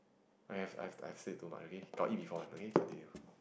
I've I've I've said too much okay got eat before one okay continue